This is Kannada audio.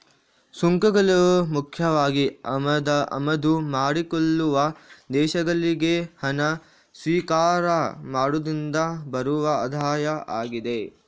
ಸುಂಕಗಳು ಮುಖ್ಯವಾಗಿ ಆಮದು ಮಾಡಿಕೊಳ್ಳುವ ದೇಶಗಳಿಗೆ ಹಣ ಸ್ವೀಕಾರ ಮಾಡುದ್ರಿಂದ ಬರುವ ಆದಾಯ ಆಗಿದೆ